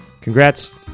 Congrats